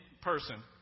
person